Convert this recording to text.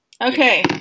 Okay